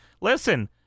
listen